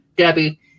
Debbie